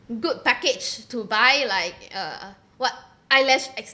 good package to buy like uh what eye lash